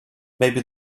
maybe